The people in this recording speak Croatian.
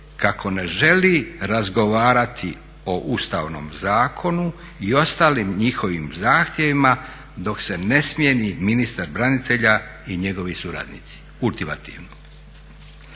kako ne želi razgovarati o Ustavnom zakonu i ostalim njihovim zahtjevima dok se ne smijeni ministar branitelja i njegovi suradnici, ultimativno.